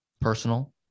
personal